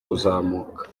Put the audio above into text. kuzamuka